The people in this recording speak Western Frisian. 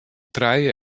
trije